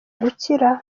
gukira